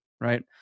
right